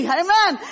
amen